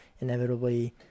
inevitably